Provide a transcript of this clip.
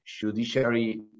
judiciary